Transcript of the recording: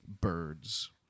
birds